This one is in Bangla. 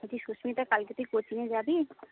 বলছি সুস্মিতা কাল কি তুই কোচিংয়ে যাবি